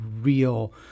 real